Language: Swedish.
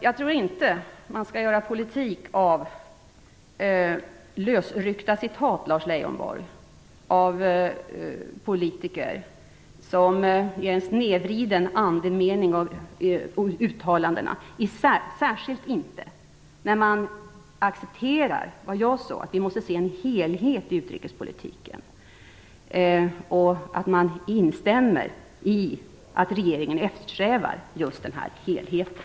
Jag tror inte att man skall göra politik av lösryckta citat, Lars Leijonborg, som ger en snedvriden andemening åt uttalanden av politiker, särskilt inte när man accepterar vad jag sade, att vi måste se en helhet i utrikespolitiken, och man instämmer i att regeringen eftersträvar just den helheten.